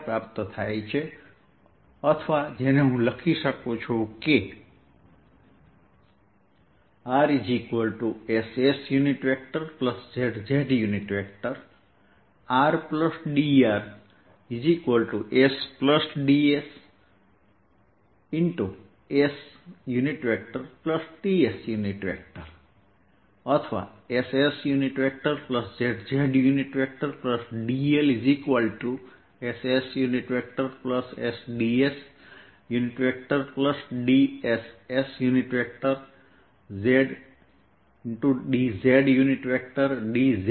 તેથી પ્રાપ્ત થયેલ rdr જેને હું dl તરીકે લખી શકું છું તે sds sds zdz z ની બરાબર છે જે sssdsdsszdzdzz ની બરાબર થશે